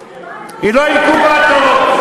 היא אינקובטור?